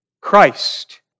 Christ